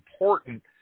important